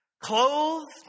clothed